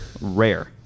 rare